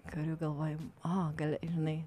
karių galvoj o gal žinai